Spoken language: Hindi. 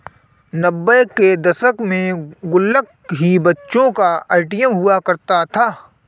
नब्बे के दशक में गुल्लक ही बच्चों का ए.टी.एम हुआ करता था